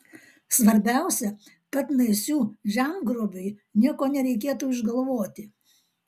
svarbiausia kad naisių žemgrobiui nieko nereikėtų išgalvoti